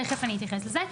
תיכף אני אתייחס לזה.